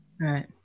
Right